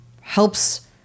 helps